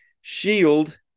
shield